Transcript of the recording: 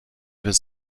was